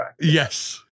Yes